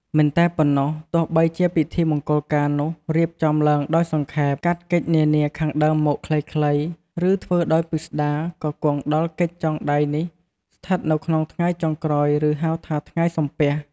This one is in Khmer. មិនតែប៉ុណ្ណោះ ទោះបីជាពិធីមង្គលការនោះរៀបចំឡើងដោយសង្ខេបកាត់កិច្ចនានាខាងដើមមកខ្លីៗ ឬធ្វើដោយពិស្តារ ក៏គង់ដល់កិច្ចចងដៃនេះស្ថិតនៅក្នុងថ្ងៃចុងក្រោយ ឬហៅថាថ្ងៃ “សំពះ”។